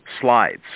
slides